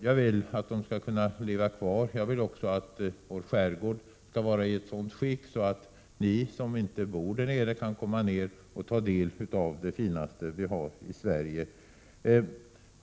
Jag vill att dessa människor skall kunna leva kvar i skärgården och att vår skärgård skall vara i ett sådant skick att de som inte bor där skall kunna komma dit och ta del av det finaste som vi har i Sverige.